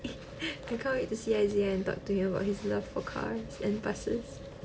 I can't wait to see isiah and talk to him about his love for cars and buses